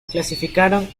clasificaron